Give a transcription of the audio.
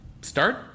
Start